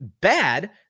bad